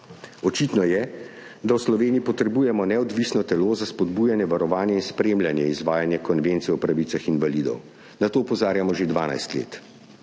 Očitno je, da v Sloveniji potrebujemo neodvisno telo za spodbujanje varovanja in spremljanje izvajanja Konvencije o pravicah invalidov. Na to opozarjamo že 12 let.